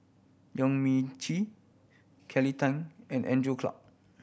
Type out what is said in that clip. Yong Mun Chee Kelly Tang and Andrew Clarke